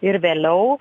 ir vėliau